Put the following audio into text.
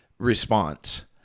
response